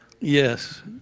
Yes